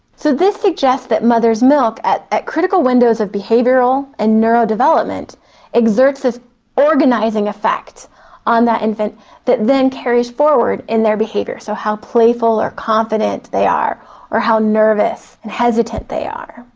so this suggests that mother's milk at at critical windows of behavioural and neural development exerts this organising effect on that infant that then carries forward in their behaviour. so how playful or confident they are or how nervous and hesitant they are.